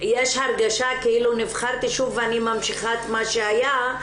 יש הרגשה כאילו נבחרתי שוב ואני ממשיכה את מה שהיה,